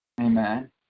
amen